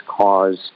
cause